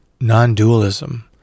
non-dualism